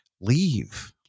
leave